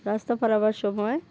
রাস্তা পার হওয়ার সময়